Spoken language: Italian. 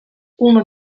uno